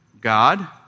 God